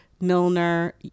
Milner